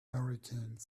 hurricanes